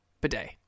bidet